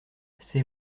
c’est